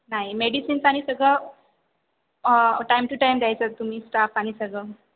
नाही मेडिसिन्स आणि सगळं टाईम टू टाइम द्यायचात तुम्ही स्टाफ आणि सगळं